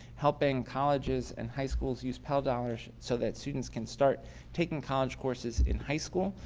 helping colleges and high schools use pel dollars so that students can start taking college courses in high school.